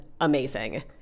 amazing